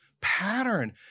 pattern